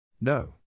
No